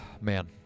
man